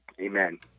Amen